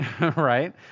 right